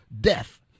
death